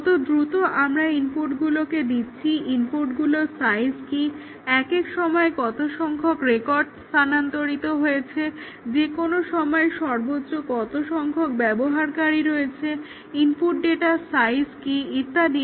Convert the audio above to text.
কত দ্রুত আমরা ইনপুটগুলোকে দিচ্ছি ইনপুটগুলোর সাইজ কি একক সময়ে কত সংখ্যক রেকর্ড স্থানান্তরিত হয়েছে যেকোনো সময়ে সর্বোচ্চ কত সংখ্যক ব্যবহারকারী রয়েছে ইনপুট ডাটার সাইজ ইত্যাদি